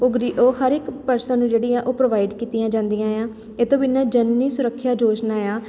ਉਹ ਗਰੀ ਉਹ ਹਰ ਇੱਕ ਪਰਸਨ ਨੂੰ ਜਿਹੜੀ ਆ ਉਹ ਪ੍ਰੋਵਾਈਡ ਕੀਤੀਆਂ ਜਾਂਦੀਆਂ ਹੈ ਇਹ ਤੋਂ ਬਿਨਾਂ ਜਨਨੀ ਸੁਰੱਖਿਆ ਯੋਜਨਾ ਹੈ